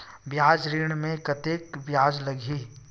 व्यवसाय ऋण म कतेकन ब्याज लगही?